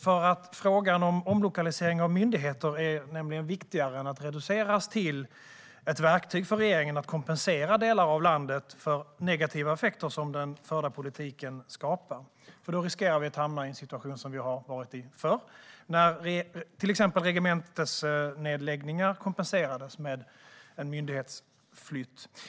Frågan om omlokalisering av myndigheter är nämligen för viktig för att reduceras till ett verktyg för regeringen att kompensera delar av landet för de negativa effekter som den förda politiken skapar, för då riskerar vi att hamna i en situation som vi har varit i förr. Till exempel kompenserades regementsnedläggningar med en myndighetsflytt.